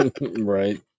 Right